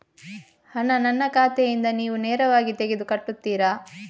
ಹಣ ನನ್ನ ಖಾತೆಯಿಂದ ನೀವು ನೇರವಾಗಿ ತೆಗೆದು ಕಟ್ಟುತ್ತೀರ?